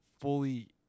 fully